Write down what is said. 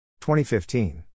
2015